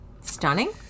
stunning